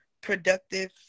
productive